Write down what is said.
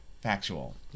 factual